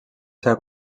seva